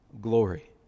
glory